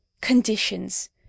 Conditions